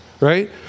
Right